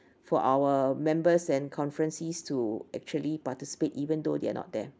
for our members and conferencees to actually participate even though they are not there